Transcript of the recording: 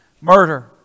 Murder